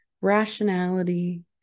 rationality